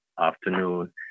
afternoon